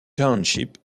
township